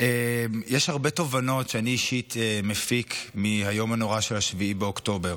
יש הרבה תובנות שאני אישית מפיק מהיום הנורא של 7 באוקטובר.